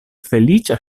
feliĉa